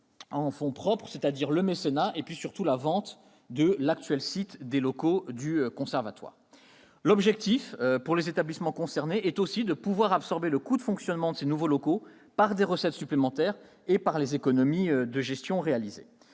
fonds propres, c'est-à-dire grâce au mécénat et, surtout, à la vente de l'actuel site du Conservatoire. L'objectif, pour les établissements concernés, est aussi de pouvoir absorber le coût de fonctionnement de ces nouveaux locaux par des recettes supplémentaires et par les économies de gestion réalisées.